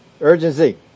Urgency